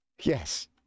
Yes